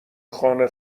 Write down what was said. خانه